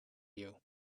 you